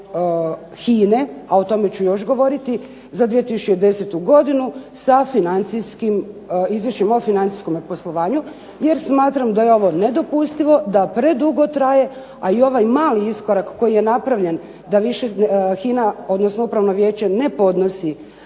HINA-e, a o tome ću još govoriti za 2010. godinu sa financijskim, izvješćem o financijskom poslovanju, jer smatram da je ovo nedopustivo, da predugo traje, a i ovaj mali iskorak koji je napravljen da više HINA, odnosno upravno vijeće ne podnosi